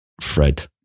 Fred